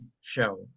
show